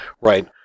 Right